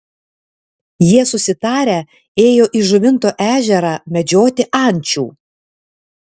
jie susitarę ėjo į žuvinto ežerą medžioti ančių